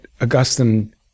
Augustine